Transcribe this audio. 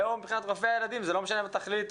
ו/או מבחינת רופאי הילדים, זה לא משנה מה תחליטו,